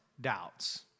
doubts